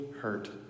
hurt